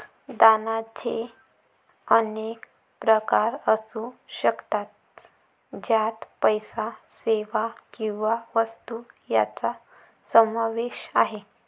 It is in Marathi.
दानाचे अनेक प्रकार असू शकतात, ज्यात पैसा, सेवा किंवा वस्तू यांचा समावेश आहे